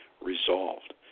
resolved